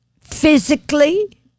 physically